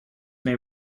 may